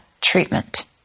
treatment